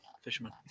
Fisherman